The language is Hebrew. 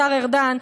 השר ארדן,